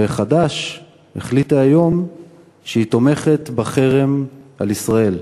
וחד"ש החליטה היום שהיא תומכת בחרם על ישראל,